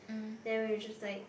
then we'll just like